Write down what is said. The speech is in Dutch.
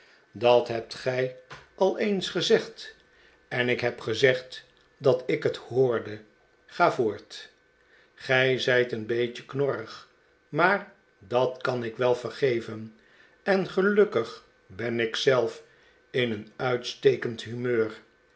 dat hebt gij al eens gezegd en ik heb gezegd dat ik het hoorde ga voort gij zijt een beetje knorrig maar dat kan ik wel vergeven en gelukkig ben ik zelf in een uitstekend humeur